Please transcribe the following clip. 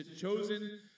chosen